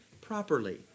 properly